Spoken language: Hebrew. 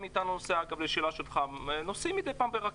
אגב, לשאלה שלך, נוסעים מדי פעם ברכבת.